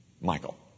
Michael